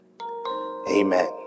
Amen